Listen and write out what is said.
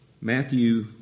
Matthew